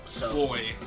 Boy